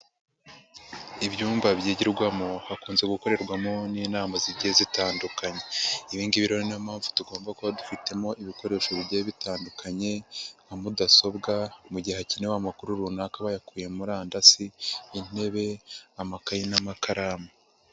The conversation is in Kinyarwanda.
Ibyumba byigirwamo hakunze gukorerwamo n'inama zigiye zitandukanye, ibi ngibi rero ni na yo mpamvu tugomba kuba dufitemo ibikoresho bigiye bitandukanye nka mudasobwa mu gihe hakenewe amakuru runaka bayakuye murandasi, intebe, amakaye n'amakaramu.